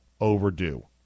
overdue